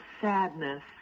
sadness